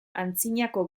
antzinako